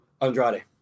Andrade